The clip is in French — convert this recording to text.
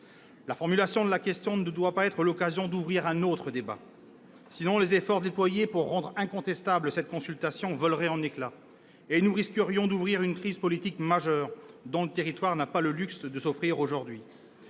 La formulation de la question ne doit pas être l'occasion d'ouvrir un autre débat. Sinon, les efforts déployés pour rendre incontestable cette consultation voleraient en éclat, et nous risquerions d'ouvrir une crise politique majeure, que ce territoire n'a pas le luxe de s'offrir aujourd'hui.